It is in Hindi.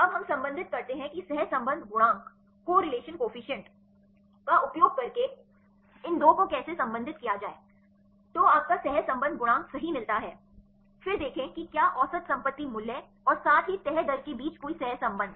अब हम संबंधित करते हैं कि सहसंबंध गुणांक का उपयोग करके इन 2 को कैसे संबंधित किया जाए तो आपको सहसंबंध गुणांक सही मिलता है फिर देखें कि क्या औसत संपत्ति मूल्य और साथ ही तह दर के बीच कोई सहसंबंध